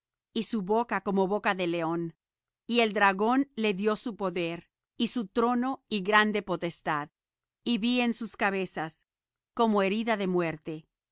y su boca como boca de león y el dragón le dió su poder y su trono y grande potestad y vi una de sus cabezas como herida de muerte